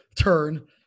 turn